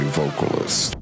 vocalist